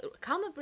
come